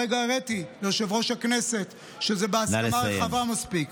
הרגע הראיתי ליושב-ראש הכנסת שזה בהסכמה רחבה מספיק.